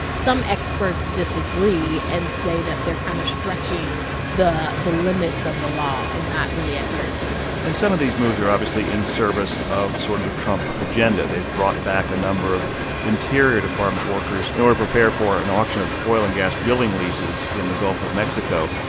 some experts disagree and say that they're kind of stretching the the limits of the law and not really adhering to it and some of these moves are obviously in service of sort of the trump agenda. they've brought back a number of interior department workers in order to prepare for an auction of oil and gas drilling leases in the gulf of mexico.